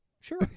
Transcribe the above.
Sure